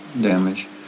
damage